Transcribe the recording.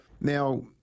Now